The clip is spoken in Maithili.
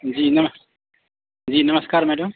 जी जी नमस्कार मैडम